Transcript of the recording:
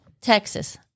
Texas